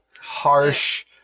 harsh